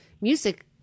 music